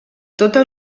tota